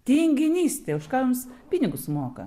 tinginystė už ką jums pinigus moka